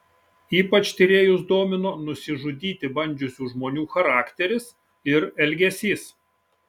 ypač tyrėjus domino nusižudyti bandžiusių žmonių charakteris ir elgesys